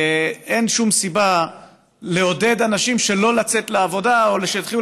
אין שום סיבה לעודד אנשים שלא לצאת לעבודה או שיתחילו